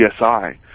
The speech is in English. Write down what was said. CSI